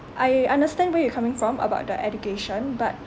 I understand where you're coming from about the education but